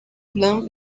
plan